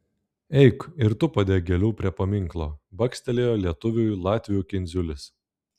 eik ir tu padėk gėlių prie paminklo bakstelėjo lietuviui latvių kindziulis